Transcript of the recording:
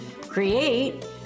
create